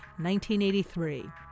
1983